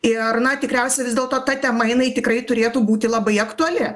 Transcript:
ir na tikriausia vis dėlto ta tema jinai tikrai turėtų būti labai aktuali